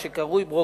מה שקרויה ברוקראז'